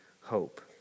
hope